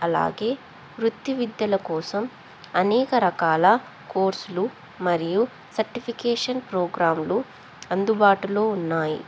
అలాగే వృత్తి విద్యల కోసం అనేక రకాల కోర్సులు మరియు సర్టిఫికేషన్ ప్రోగ్రాంలు అందుబాటులో ఉన్నాయి